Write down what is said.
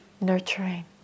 nurturing